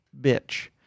Bitch